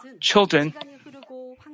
children